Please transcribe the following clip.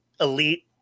elite